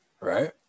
right